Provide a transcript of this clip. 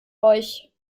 euch